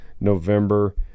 November